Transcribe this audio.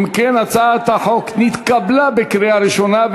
הצעת החוק נתקבלה בקריאה ראשונה,